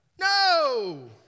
No